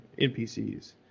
NPCs